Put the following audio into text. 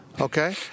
Okay